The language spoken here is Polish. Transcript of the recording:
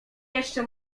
jeszcze